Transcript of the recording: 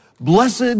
Blessed